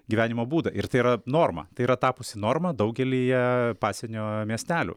gyvenimo būdą ir tai yra norma tai yra tapusi norma daugelyje pasienio miestelių